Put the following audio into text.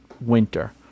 winter